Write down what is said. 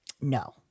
no